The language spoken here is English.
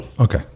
Okay